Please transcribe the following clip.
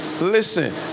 listen